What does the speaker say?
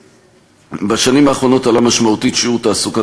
בשנים האחרונות עלה משמעותית שיעור תעסוקת